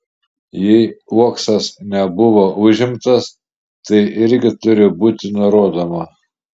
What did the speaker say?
jei uoksas nebuvo užimtas tai irgi turi būti nurodoma